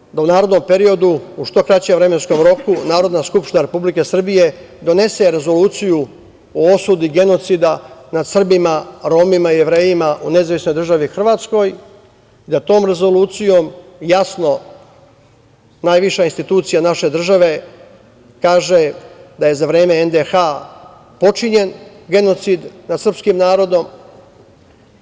Mislim da je važno da u narednom periodu u što kraćem vremenskom roku Narodna skupština Republike Srbije donese rezoluciju o osudi genocida nad Srbima, Romima, Jevrejima u NDH, da tom rezolucijom jasno najviša naša institucija države kaže da je za vreme NDH počinjen genocid nad srpskim narodom